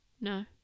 No